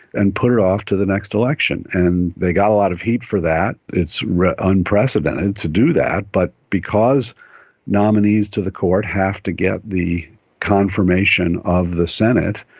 and put it off until the next election. and they got a lot of heat for that. it's unprecedented to do that. but because nominees to the court have to get the confirmation of the senate,